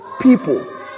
people